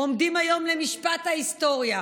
עומדים היום למשפט ההיסטוריה,